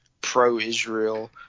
pro-Israel